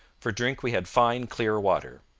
for drink we had fine, clear water.